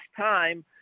time